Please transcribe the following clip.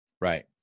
Right